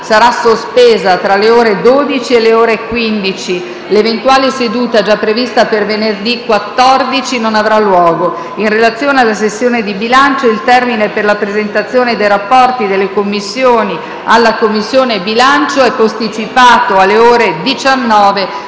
sarà sospesa tra le ore 12 e le ore 15. L'eventuale seduta già prevista per venerdì 14 non avrà luogo. In relazione alla sessione di bilancio, il termine per la presentazione dei rapporti delle Commissioni alla Commissione bilancio è posticipato alle ore 19